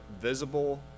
visible